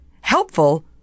helpful